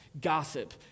Gossip